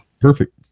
Perfect